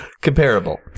comparable